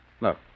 Look